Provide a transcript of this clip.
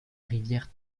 rivière